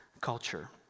culture